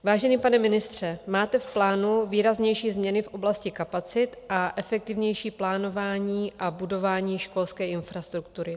Vážený pane ministře, máte v plánu výraznější změny v oblasti kapacit a efektivnější plánování a budování školské infrastruktury.